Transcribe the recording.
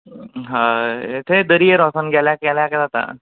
हय तें दर्येर वचून केल्यार जाता